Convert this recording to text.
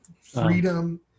Freedom